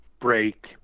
break